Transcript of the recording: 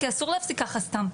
כי אי אפשר להפסיק ככה סתם,